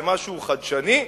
זה משהו חדשני,